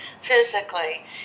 physically